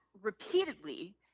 repeatedly